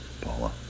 Paula